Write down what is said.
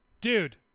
Dude